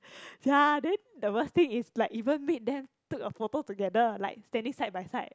ya then the worst thing is like even made them took a photo together like standing side by side